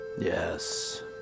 Yes